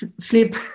flip